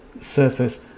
surface